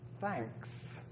Thanks